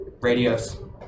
radios